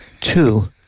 two